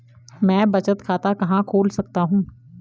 मैं बचत खाता कहां खोल सकता हूँ?